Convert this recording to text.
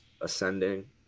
ascending